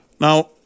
Now